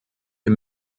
wir